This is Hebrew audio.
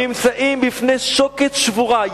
נמצאים בפני שוקת שבורה.